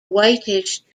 whitish